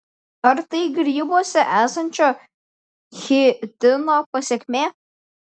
ar tai grybuose esančio chitino pasekmė